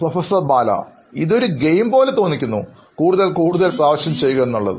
professor ബാലഇതൊരു game പോലെ തോന്നിക്കുന്നു കൂടുതൽ കൂടുതൽ പ്രാവശ്യം ചെയ്യുക എന്നുള്ളത്